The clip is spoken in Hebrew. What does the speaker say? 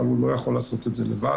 אבל הוא לא יכול לעשות את זה לבד,